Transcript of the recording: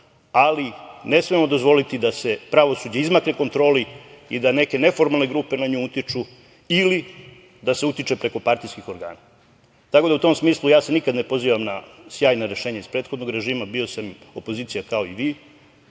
Ali, ne smemo dozvoliti da se pravosuđe izmakne kontroli i da neke neformalne grupe na nju utiču, ili da se utiče preko partijskih organa.U tom smislu, ja se nikada ne pozivam na sjajna rešenja iz prethodnog režima. Bio sam opozicija kao i vi,